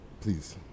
Please